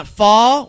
fall